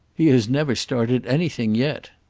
he has never started anything yet.